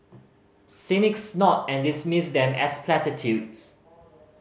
cynics snort and dismiss them as platitudes